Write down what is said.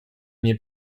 nie